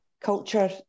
culture